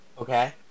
Okay